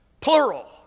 plural